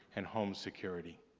and home security.